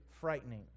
frightening